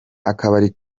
akabari